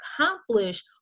accomplish